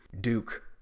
Duke